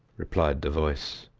replied the voice,